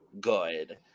good